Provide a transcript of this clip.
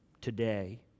today